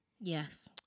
Yes